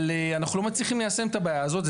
אבל אנחנו לא מצליחים ליישם את הבעיה הזאת.